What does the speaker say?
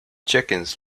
chickens